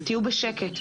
תהיו בשקט,